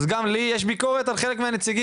אז גם לי יש ביקורת על חלק מהנציגים,